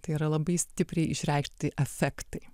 tai yra labai stipriai išreikšti efektai